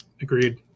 agreed